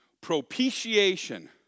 propitiation